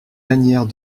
lanière